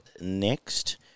next